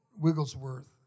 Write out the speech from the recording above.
Wigglesworth